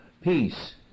peace